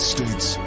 States